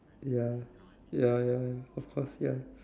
ya ya ya ya of course ya